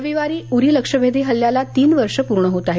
रविवारी उरी लक्ष्यभेदी हल्ल्याला तिन वर्ष पूर्ण होत आहेत